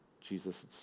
Jesus